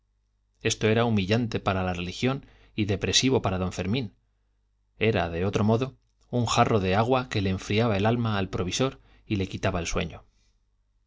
esto era humillante para la religión y depresivo para don fermín era de otro modo un jarro de agua que le enfriaba el alma al provisor y le quitaba el sueño